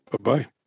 Bye-bye